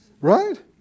Right